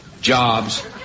jobs